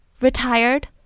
retired